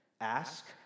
Ask